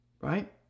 right